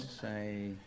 Say